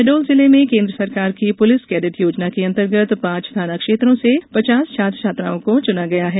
शहडोल जिले में केन्द्र सरकार की पूलिस कैडेट योजना के अन्तर्गत पांच थाना क्षेत्रों से पचास छात्र छात्राओ को चूना गया है